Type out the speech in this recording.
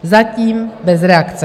Zatím bez reakce.